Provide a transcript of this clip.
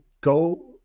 go